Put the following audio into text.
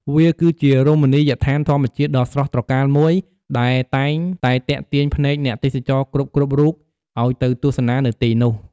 វាគឺជារមណីយដ្ឋានធម្មជាតិដ៏ស្រស់ត្រកាលមួយដែលតែងតែទាក់ទាញភ្នែកអ្នកទេសចរគ្រប់ៗរូបឲ្យទៅទស្សនានៅទីនោះ ។